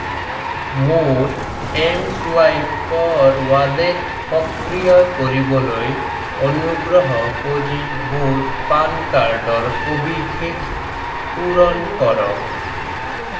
মোৰ এম ছুৱাইপৰ ৱালেট সক্ৰিয় কৰিবলৈ অনুগ্ৰহ কৰি মোৰ পান কাৰ্ডৰ সবিশেষ পূৰণ কৰক